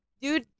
Dude